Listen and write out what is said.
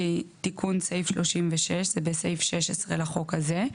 שהיא תיקון סעיף 36. זה בסעיף 16 לחוק הזה.